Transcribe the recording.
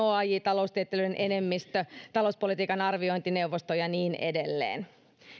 oaj taloustietelijöiden enemmistö talouspolitiikan arviointineuvosto ja niin edelleen